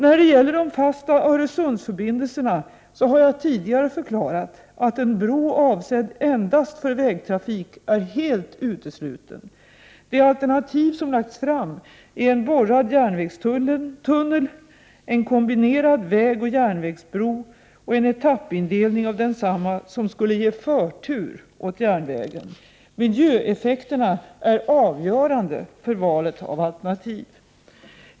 När det gäller de fasta Öresundsförbindelserna har jag tidigare förklarat, att en bro avsedd endast för vägtrafik är helt utesluten. De alternativ som lagts fram är en borrad järnvägstunnel, en kombinerad vägoch järnvägsbro och en etappindelning av densamma som skulle ge förtur åt järnvägen. Miljöeffekterna är avgörande för valet av alternativ.